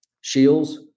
Shields